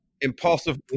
impulsive